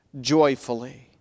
joyfully